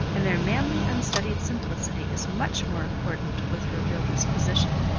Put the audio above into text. and their manly unstudied simplicity is much more accordant with her real disposition,